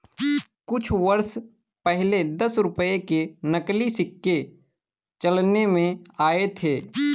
कुछ वर्ष पहले दस रुपये के नकली सिक्के चलन में आये थे